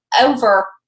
over